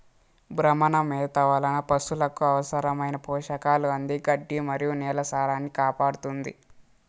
భ్రమణ మేత వలన పసులకు అవసరమైన పోషకాలు అంది గడ్డి మరియు నేల సారాన్నికాపాడుతుంది